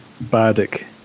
Bardic